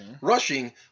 Rushing